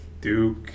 Duke